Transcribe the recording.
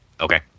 Okay